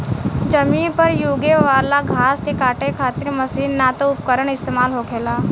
जमीन पर यूगे वाला घास के काटे खातिर मशीन ना त उपकरण इस्तेमाल होखेला